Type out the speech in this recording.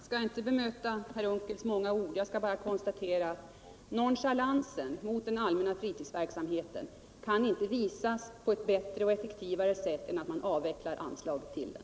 Herr talman! Jag skall inte bemöta Per Unckels många ord. Jag skall bara konstatera att nonchalansen mot den allmänna friudsverksamheten inte kan visas på ett bättre och effektivare sätt än genom att man avvecklar anslaget till den.